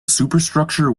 superstructure